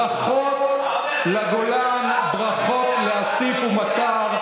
ברכות לגולן, ברכות לאסיף ומטר,